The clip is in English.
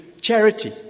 charity